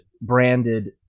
branded